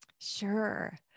Sure